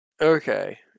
Okay